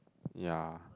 yea